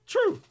True